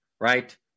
right